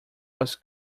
was